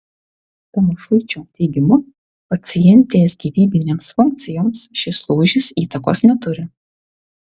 tamošuičio teigimu pacientės gyvybinėms funkcijoms šis lūžis įtakos neturi